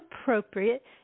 appropriate